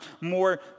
more